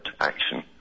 action